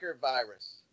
virus